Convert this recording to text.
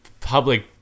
public